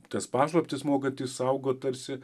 tas paslaptis mokantys saugot tarsi